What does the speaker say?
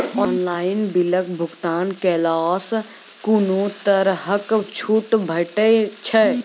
Online बिलक भुगतान केलासॅ कुनू तरहक छूट भेटै छै?